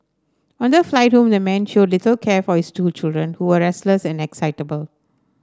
on the flight home the man showed little care for his two children who were restless and excitable